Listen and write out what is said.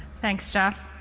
thanks, jeff.